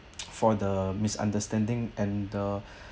for the misunderstanding and the